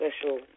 special